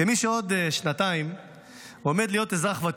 כמי שעוד שנתיים עומד להיות אזרח ותיק,